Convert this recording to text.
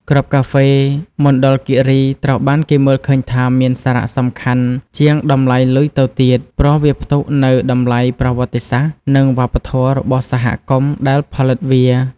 គ្រាប់កាហ្វេមណ្ឌលគិរីត្រូវបានគេមើលឃើញថាមានសារៈសំខាន់ជាងតម្លៃលុយទៅទៀត ព្រោះវាផ្ទុកនូវតម្លៃប្រវត្តិសាស្ត្រ និងវប្បធម៌របស់សហគមន៍ដែលផលិតវា។